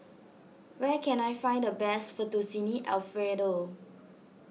where can I find the best Fettuccine Alfredo